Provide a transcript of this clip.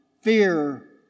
Fear